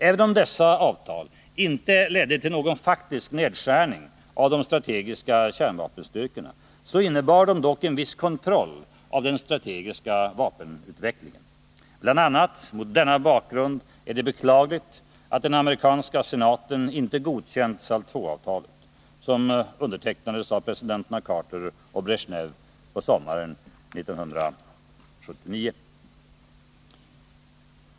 Även om dessa avtal inte ledde till någon faktisk nedskärning av de strategiska kärnvapenstyrkorna, så innebar de dock en viss kontroll av den strategiska vapenutvecklingen. Bl. a. mot denna bakgrund är det beklagligt att den amerikanska senaten inte godkänt SALT 2-avtalet som undertecknades av presidenterna Carter och Bresjnev sommaren 1979.